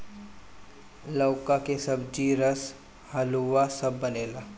लउका के सब्जी, रस, हलुआ सब बनेला